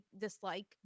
dislike